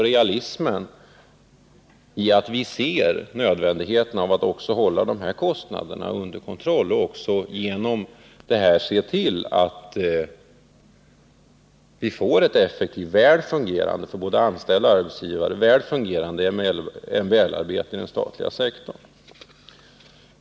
Realismen innebär att vi inser nödvändigheten av att hålla också dessa kostnader under kontroll och att se till att vi får ett effektivt och för både anställda och arbetsgivare väl fungerande MBL-arbete inom den statliga sektorn.